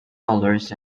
dollars